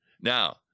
Now